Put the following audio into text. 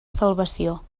salvació